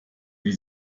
wie